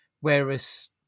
Whereas